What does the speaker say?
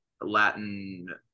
Latin